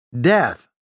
death